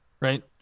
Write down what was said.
Right